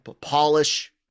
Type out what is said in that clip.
polish